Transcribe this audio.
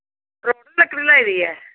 तरोड़ दी लकड़ी लाई दी ऐ